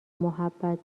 محبت